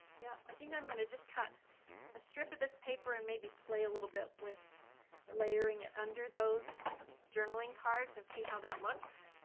yeah, i think i'm gonna just cut a strip of this paper, and maybe play a little bit with layering it under those journaling cards and see how that looks.